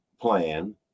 plan